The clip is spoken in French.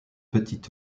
petit